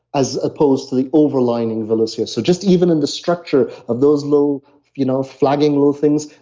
as opposed to the overlining villus hair. so just even in the structure of those little you know flagging little things,